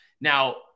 Now